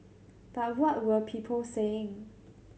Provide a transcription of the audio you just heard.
but what were people saying